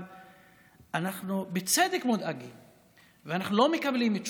אבל אנחנו מודאגים בצדק, ואנחנו לא מקבלים תשובות.